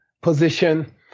position